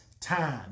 time